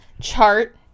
chart